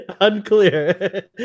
Unclear